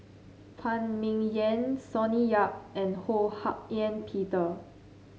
Phan Ming Yen Sonny Yap and Ho Hak Ean Peter